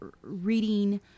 reading